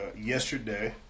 Yesterday